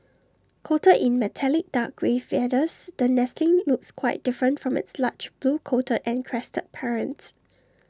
coated in metallic dark grey feathers the nestling looks quite different from its large blue coated and crested parents